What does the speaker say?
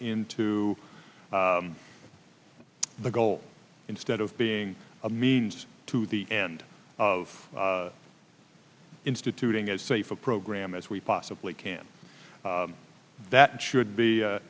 into the goal instead of being a means to the end of instituting as safe a program as we possibly can that should be